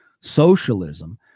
socialism